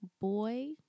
boy